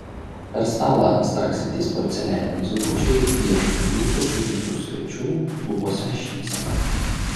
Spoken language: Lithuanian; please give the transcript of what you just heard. per stalą straksintys porcelianiniai zuikučiai pieš jūsų ir jūsų svečių lūpose šypseną